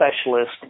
specialist